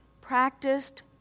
practiced